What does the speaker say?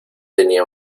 tenía